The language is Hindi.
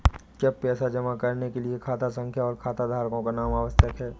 क्या पैसा जमा करने के लिए खाता संख्या और खाताधारकों का नाम आवश्यक है?